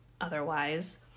otherwise